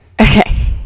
Okay